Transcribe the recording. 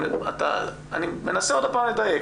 אני מנסה לדייק.